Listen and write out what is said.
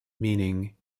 meaning